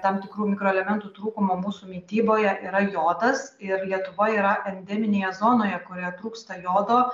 tam tikrų mikroelementų trūkumo mūsų mityboje yra jodas ir lietuva yra endeminėje zonoje kurioje trūksta jodo